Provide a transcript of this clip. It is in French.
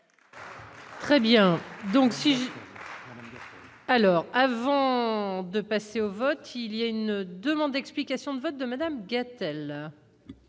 je. Alors avant de passer au vote, il y a une demande d'explication de vote de Madame